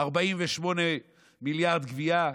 48 מיליארד גבייה.